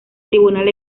tribunal